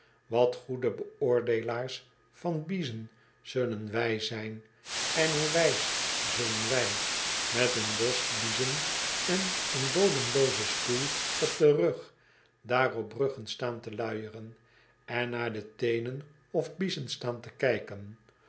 gaanwat goede beoordeelaars van biezen zullen wij zijn en hoe wijs zullen wij met een bos biezen en een bodemloozen stoel op den rug daar op bruggen staan te luieren en naar de teenen of biezen staan te kijken